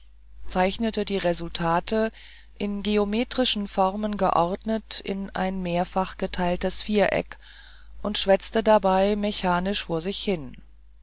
zeichnete die resultate in geometrische formen geordnet in ein mehrfach geteiltes viereck und schwätzte dabei mechanisch vor sich hin